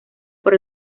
por